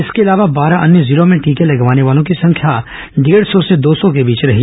इसके अलावा बारह अन्य जिलों में टीके लगवाने वालों की संख्या डेढ़ सौ से दो सौ के बीच रही